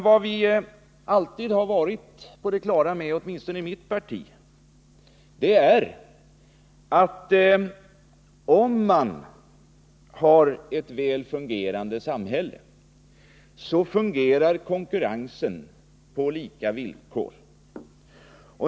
Vad vi alltid har varit på det klara med i mitt parti är att i ett väl fungerande samhälle konkurrensen sker på lika villkor.